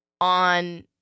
on